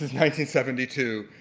seventy seventy two